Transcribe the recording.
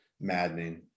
maddening